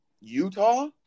Utah